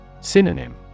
Synonym